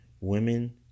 women